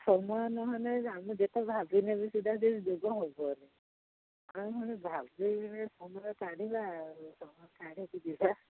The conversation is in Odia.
ସମୟ ନହେଲେ ଆମେ ଯେତେ ଭାବିଲେବି ସେଟା ଯୋଗ ହେବନି ଭାବିଲେ ସମୟ କାଢ଼ିକି ଆଉ ସମୟ କାଢ଼ିକି ଯିବା